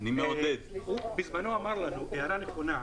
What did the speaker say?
בוא נגמור.